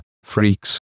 Freaks